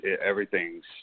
everything's